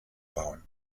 bauen